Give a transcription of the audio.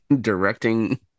directing